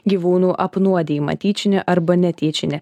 gyvūnų apnuodijimą tyčinį arba netyčinį